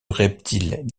reptile